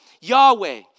Yahweh